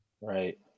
Right